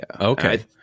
Okay